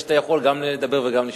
תראה שאתה יכול גם לדבר וגם לשמוע.